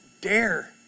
Dare